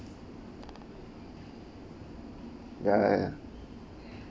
ya ya ya